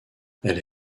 elles